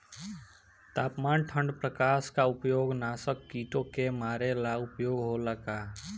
तापमान ठण्ड प्रकास का उपयोग नाशक कीटो के मारे ला उपयोग होला का?